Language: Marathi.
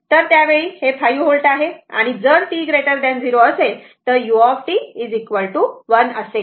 तर त्यावेळी ते 5 व्होल्ट आहे आणि जर t 0 असेल तर u iS1 असेल